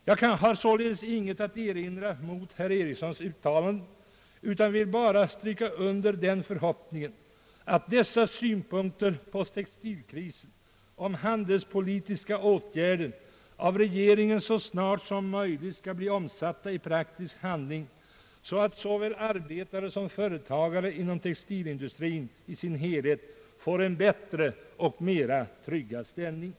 Jag har således intet att erinra mot herr Ericssons uttalande utan vill bara stryka under den förhoppningen, att dessa synpunkter på textilkrisen och handelspolitiska åtgärder av regeringen så snart som möjligt skall bli omsatta i praktisk handling, så att såväl arbetare som företagare i textilindustrin i dess helhet får en bättre och mera tryggad ställning.